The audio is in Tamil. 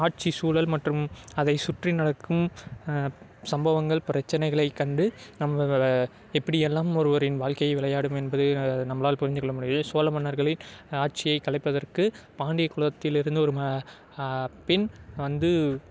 ஆட்சி சூழல் மற்றும் அதை சுற்றி நடக்கும் சம்பவங்கள் பிரச்சனைகளை கண்டு நம்ப வே வே எப்படியெல்லாம் ஒருவரின் வாழ்க்கை விளையாடும் என்பது நம்மளால் புரிந்து கொள்ள முடிகிறது சோழ மன்னர்களில் ஆட்சியை கலைப்பதற்கு பாண்டிய குலத்திலிருந்து ஒரு ம பின் வந்து